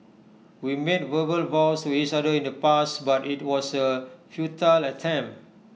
we made verbal vows to each other in the past but IT was A futile attempt